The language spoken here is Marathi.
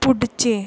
पुढचे